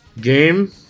game